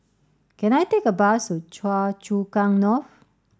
can I take a bus to Choa Chu Kang North